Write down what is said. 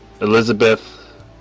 Elizabeth